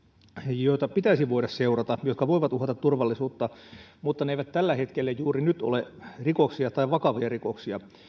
joita pitäisi voida seurata ja jotka voivat uhata turvallisuutta mutta ne eivät tällä hetkellä juuri nyt ole rikoksia tai vakavia rikoksia